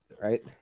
right